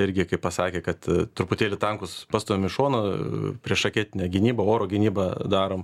irgi kaip pasakė kad truputėlį tankus pastūmiam į šoną priešraketinę gynybą oro gynybą darom